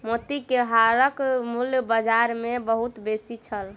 मोती के हारक मूल्य बाजार मे बहुत बेसी छल